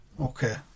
okay